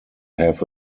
have